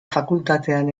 fakultatean